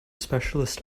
specialist